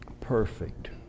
perfect